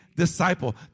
disciple